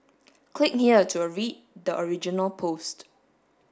click here to read the original post